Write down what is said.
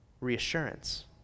reassurance